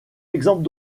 exemples